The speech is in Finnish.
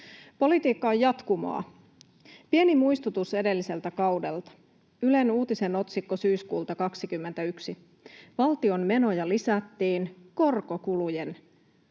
Politiikka on jatkumoa. Pieni muistutus edelliseltä kaudelta. Ylen uutisen otsikko syyskuulta 21: ”Valtion menoja lisättiin koronakulujen